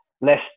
less